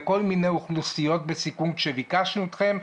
לכל מיני אוכלוסיות בסיכון כשביקשנו אתכם.